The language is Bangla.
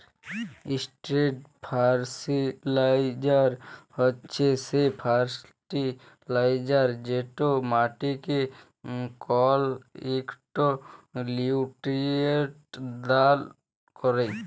ইসট্রেট ফারটিলাইজার হছে সে ফার্টিলাইজার যেট মাটিকে কল ইকট লিউটিরিয়েল্ট দাল ক্যরে